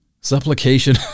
supplication